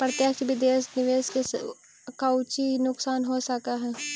प्रत्यक्ष विदेश निवेश के कउची नुकसान हो सकऽ हई